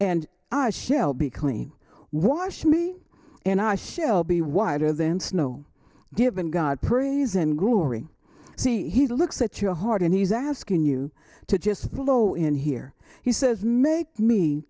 and i shall be clean washed me and i shall be whiter than snow given god praise and glory see he looks at your heart and he's asking you to just flow in here he says make me